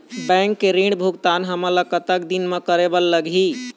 Bank के ऋण भुगतान हमन ला कतक दिन म करे बर लगही?